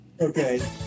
Okay